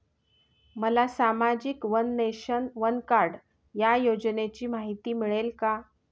मला सामाजिक one nation, one card या योजनेची माहिती मिळेल का?